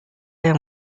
yang